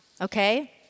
okay